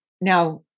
Now